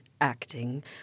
acting